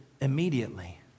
immediately